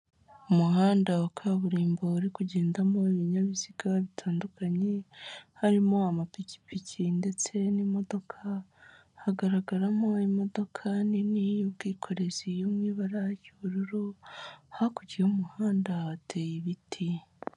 Umuhanda wa kaburimbo uri kugendamo ibinyabiziga bitandukanye, harimo amapikipiki ndetse n'imodoka, hagaragaramo imodoka nini y'ubwikorezi yo mu ibara ry'ubururu, hakurya y'umuhanda hateye ibiti.